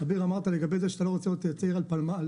אביר, אמרת שאתה לא רוצה לראות צעיר על דגמ"ח.